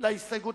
אם זה לא יסתדר,